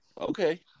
Okay